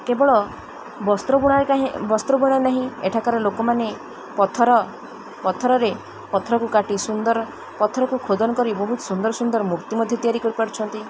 କେବଳ ବସ୍ତ୍ର ବୁଣାରେ କାହିଁ ବସ୍ତ୍ର ବୁଣା ନାହିଁ ଏଠାକାର ଲୋକମାନେ ପଥର ପଥରରେ ପଥରକୁ କାଟି ସୁନ୍ଦର ପଥରକୁ ଖୋଦନ କରି ବହୁତ ସୁନ୍ଦର ସୁନ୍ଦର ମୂର୍ତ୍ତି ମଧ୍ୟ ତିଆରି କରିପାରୁଛନ୍ତି